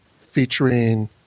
featuring